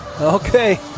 Okay